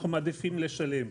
אנחנו מעדיפים לשלם.